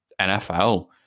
NFL